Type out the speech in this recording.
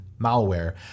malware